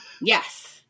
Yes